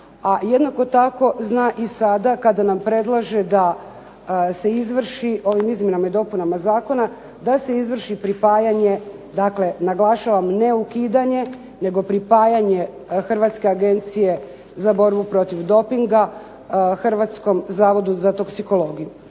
jednako tako zna i sada kada nam predlaže da se izvrši ovim izmjenama i dopunama zakona da se izvrši pripajanje, dakle naglašavam ne ukidanje, nego pripajanje Hrvatske agencije za borbu protiv dopinga Hrvatskom zavodu za toksikologiju.